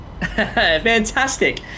Fantastic